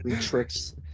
tricks